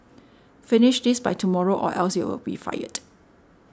finish this by tomorrow or else you'll be fired